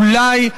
אולי,